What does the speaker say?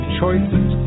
Choices